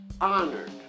honored